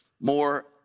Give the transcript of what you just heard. more